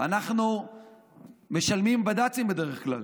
אנחנו משלמים לבד"צים בדרך כלל.